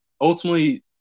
Ultimately